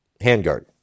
handguard